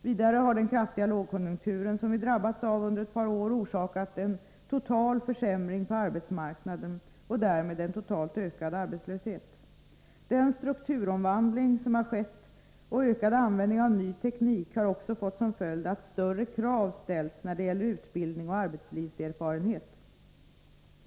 Vidare har den kraftiga lågkonjunkturen som vi drabbats av under ett par år orsakat en total försämring på arbetsmarknaden och därmed en totalt ökad arbetslöshet. Den strukturomvandling som har skett och ökad användning av ny teknik har också fått som följd att större krav ställs när det gäller utbildning och arbetslivserfarenhet.